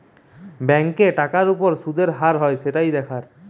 ব্যাংকে টাকার উপর শুদের হার হয় সেটাই দেখার